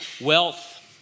wealth